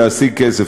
להשיג כסף,